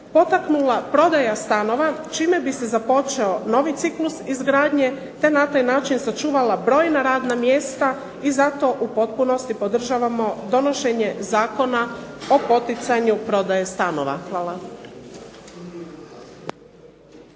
potaknula prodaja stanova čime bi se započeo novi ciklus izgradnje te na taj način sačuvala brojna radna mjesta, i zato u potpunosti podržavamo donošenje Zakona o poticanju prodaje stanova. Hvala.